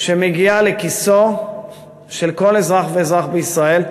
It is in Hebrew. שמגיעה לכיסו של כל אזרח ואזרח בישראל,